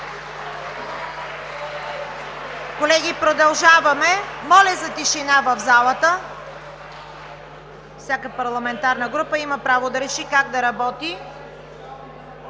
Колеги, моля за тишина в залата! Всяка парламентарна група има право да реши как да работи.